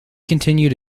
continued